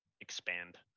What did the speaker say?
expand